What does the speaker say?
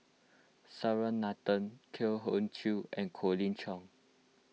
S R Nathan Koh Eng Kian and Colin Cheong